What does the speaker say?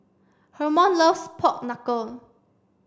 Hermon loves pork knuckle